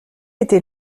était